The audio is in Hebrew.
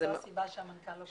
זו הסיבה שהמנכ"ל לא כאן.